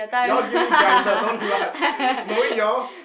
you all give me grinder don't lie knowing you all